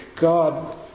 God